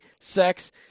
Sex